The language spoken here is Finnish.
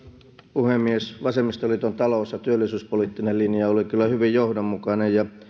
puhemies vasemmistoliiton talous ja työllisyyspoliittinen linja oli kyllä hyvin johdonmukainen ja